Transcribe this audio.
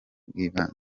bw’ibanze